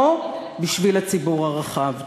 או בשביל הציבור הרחב.